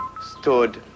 stood